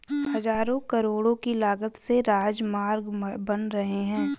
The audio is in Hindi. हज़ारों करोड़ की लागत से राजमार्ग बन रहे हैं